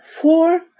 four